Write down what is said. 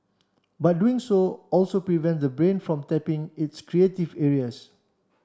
but doing so also prevents the brain from tapping its creative areas